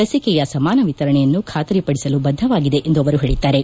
ಲಸಿಕೆಯ ಸಮಾನ ವಿತರಣೆಯನ್ನು ಬಾತರಿಪಡಿಸಲು ಬದ್ದವಾಗಿದೆ ಎಂದು ಹೇಳದ್ದಾರೆ